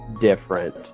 different